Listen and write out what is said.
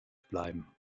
bleiben